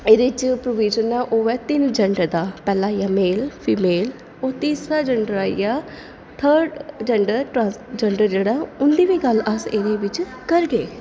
एह्दे ऐ प्रोविज़न जेह्ड़ा ओह् ऐ तिन्न जैंडर दा पैह्ला आइया मेल फीमेल ओह् तीसरा जैंडर आइया थर्ड जैंडर ट्रांसजेंडर जेह्ड़ा उं'दी बी गल्ल अस एह्दे बिच्च करगे